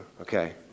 Okay